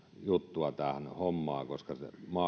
juttua tähän hommaan koska